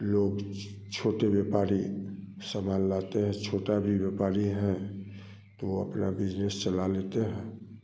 लोग छोटे व्यापारी सामान लाते हैं छोटा भी व्यापारी है तो अपना बिजनेस चला लेते हैं